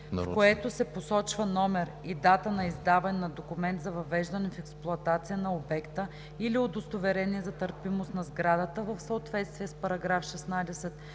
„в което се посочва номер и дата на издаване на документ за въвеждане в експлоатация на обекта или удостоверение за търпимост на сградата в съответствие с § 16